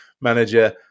manager